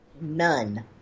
None